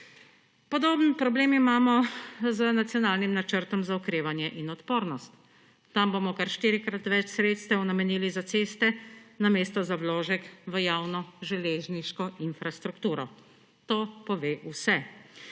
Podoben problem imamo z Nacionalnim načrtom za okrevanje in odpornost. Tam bomo kar štirikrat več sredstev namenili za ceste namesto za vložek v javno železniško infrastrukturo. To pove vse.